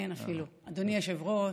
אדוני היושב-ראש,